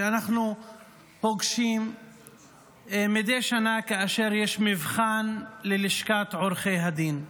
שאנחנו פוגשים מדי שנה כאשר יש מבחן ללשכת עורכי הדין.